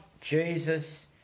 Jesus